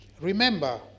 Remember